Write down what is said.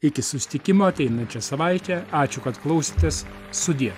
iki susitikimo ateinančią savaitę ačiū kad klausėtės sudie